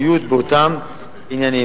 ומקצועיות באותם עניינים.